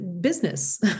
business